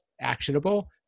actionable